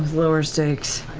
lower stakes.